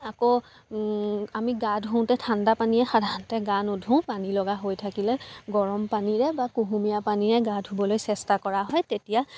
আকৌ আমি গা ধোওঁতে ঠাণ্ডা পানীয়ে সাধাৰণতে গা নোধো পানী লগা হৈ থাকিলে গৰম পানীৰে বা কুহুমীয়া পানীৰে গা ধুবলৈ চেষ্টা কৰা হয় তেতিয়া